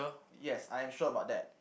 yes I am sure about that